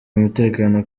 umutekano